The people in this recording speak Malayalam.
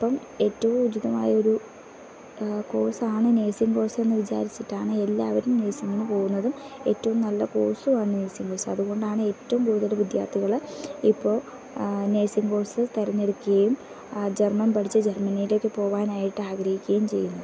അപ്പം ഏറ്റവും ഉചിതമായ ഒരു കോഴ്സ് ആണ് നേഴ്സിംഗ് കോഴ്സ് എന്നു വിചാരിച്ചിട്ടാണ് എല്ലാവരും നേഴ്സിംഗിന് പോവുന്നതും ഏറ്റവും നല്ല കോഴ്സുമാണ് നേഴ്സിംഗ് കോഴ്സ് അതുകൊണ്ടാണ് ഏറ്റവും കൂടുതൽ വിദ്യാർഥികൾ ഇപ്പോൾ നേഴ്സിംഗ് കോഴ്സസ് തെരഞ്ഞെടുക്കുകയും ജർമ്മൻ പഠിച്ചു ജർമ്മനിയിലേക്ക് പോവാനായിട്ട് ആഗ്രഹിക്കുകയും ചെയ്യുന്നു